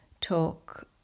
talk